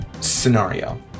scenario